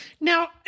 Now